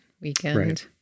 weekend